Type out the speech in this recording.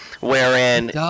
wherein